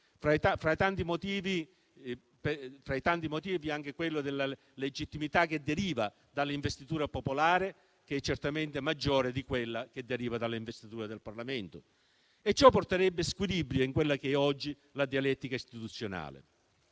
Fra i tanti motivi, vi è anche quello della legittimità che deriva dall'investitura popolare, che è certamente maggiore di quella che deriva dall'investitura del Parlamento. Ciò porterebbe squilibri in quella che è oggi la dialettica istituzionale,